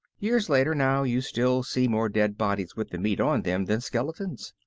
years later now you still see more dead bodies with the meat on them than skeletons.